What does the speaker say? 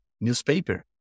newspaper